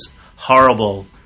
horrible